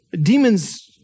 demons